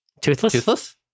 Toothless